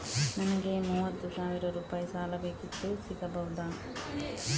ನನಗೆ ಮೂವತ್ತು ಸಾವಿರ ರೂಪಾಯಿ ಸಾಲ ಬೇಕಿತ್ತು ಸಿಗಬಹುದಾ?